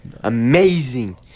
amazing